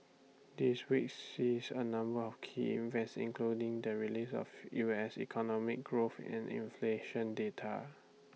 this week sees A number of key events including the release of U S economic growth and inflation data